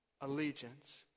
allegiance